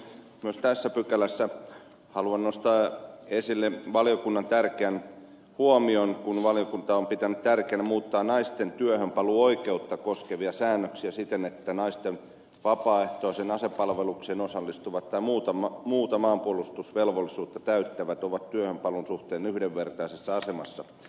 myös tässä pykälässä haluan nostaa esille valiokunnan tärkeän huomion kun valiokunta on pitänyt tärkeänä muuttaa naisten työhönpaluuoikeutta koskevia säännöksiä siten että naisten vapaaehtoiseen asepalvelukseen osallistuvat tai muuta maanpuolustusvelvollisuutta täyttävät ovat työhönpaluun suhteen yhdenvertaisessa asemassa